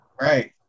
Right